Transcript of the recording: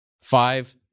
Five